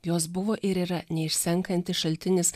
jos buvo ir yra neišsenkantis šaltinis